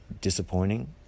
disappointing